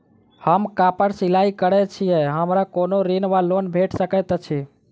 हम कापड़ सिलाई करै छीयै हमरा कोनो ऋण वा लोन भेट सकैत अछि?